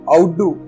Outdo